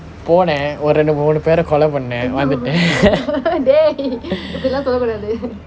போனேன் ஒரு இரண்டு மூன்று பேரு கொளை பண்ணேன் வந்துட்டேன்:ponen oru irandu mundri paeru kollai pannen vanthuten